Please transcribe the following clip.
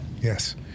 Yes